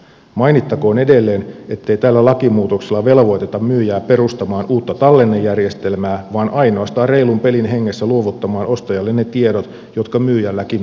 mainittakoon edelleen ettei tällä lakimuutoksella velvoiteta myyjää perustamaan uutta tallennejärjestelmää vaan ainoastaan reilun pelin hengessä luovuttamaan ostajalle ne tiedot jotka myyjälläkin itsellään on